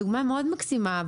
דוגמה מאוד מקסימה,